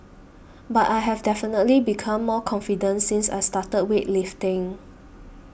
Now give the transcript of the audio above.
but I have definitely become more confident since I started weightlifting